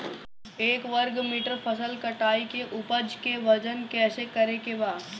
एक वर्ग मीटर फसल कटाई के उपज के वजन कैसे करे के बा?